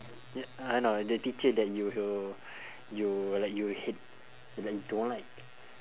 y~ uh no the teacher that you you you like you hate like you don't like